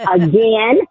again